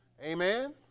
amen